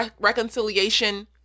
reconciliation